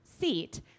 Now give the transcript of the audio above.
seat